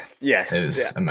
yes